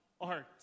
art